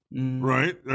right